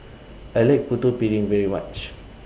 I like Putu Piring very much